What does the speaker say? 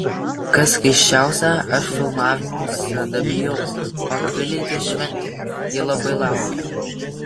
kas keisčiausia aš filmavimų visada bijau o akvilei tai šventė ji labai laukia